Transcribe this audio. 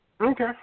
Okay